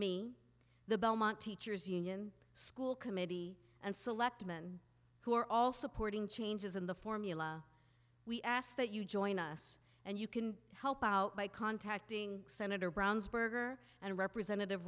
me the belmont teachers union school committee and selectman who are all supporting changes in the formula we ask that you join us and you can help out by contacting sen brownsburg or and representative